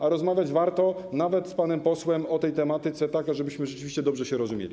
A rozmawiać warto nawet z panem posłem o tej tematyce, tak żebyśmy rzeczywiście dobrze się rozumieli.